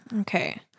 Okay